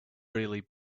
really